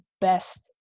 best